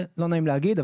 לא נעים להגיד,